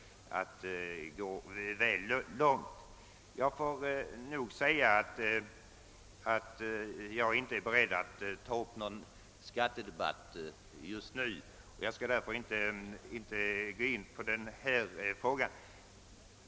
Jag måste säga att jag inte är beredd att ta upp någon skattedebatt just nu och därför inte skall gå in på frågan om skattepaketet.